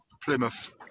Plymouth